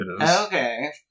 Okay